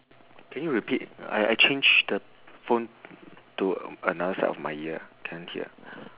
can you repeat I I change the phone to another side of my ear can't hear